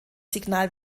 signal